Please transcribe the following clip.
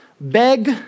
beg